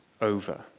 over